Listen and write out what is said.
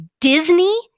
Disney